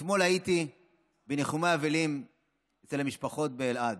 אבלים אצל המשפחות באלעד.